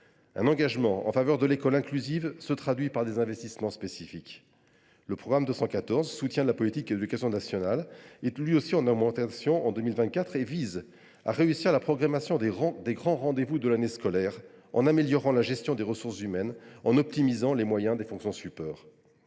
Un engagement en faveur de l’école inclusive se traduit par des investissements spécifiques. Le budget du programme 214 « Soutien de la politique de l’éducation nationale » est lui aussi en augmentation et vise à réussir la programmation des grands rendez vous de l’année scolaire, en améliorant la gestion des ressources humaines et en optimisant les moyens des fonctions support.